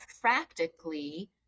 practically